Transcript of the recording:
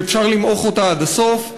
שאפשר למעוך אותה עד הסוף.